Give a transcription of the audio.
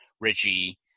Richie